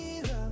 love